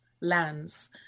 lands